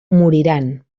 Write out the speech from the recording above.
moriran